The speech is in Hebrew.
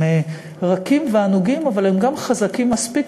הם רכים וענוגים אבל הם גם חזקים מספיק